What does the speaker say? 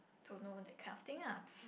to know that kind of thing lah